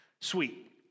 Sweet